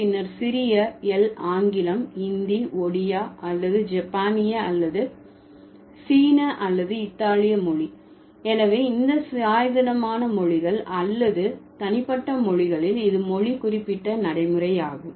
பின்னர் சிறிய l ஆங்கிலம் இந்தி ஒடியா அல்லது ஜப்பானிய அல்லது சீன அல்லது இத்தாலிய மொழி எனவே இந்த சுயாதீனமான மொழிகள் அல்லது தனிப்பட்ட மொழிகளில் இது மொழி குறிப்பிட்ட நடைமுறை ஆகும்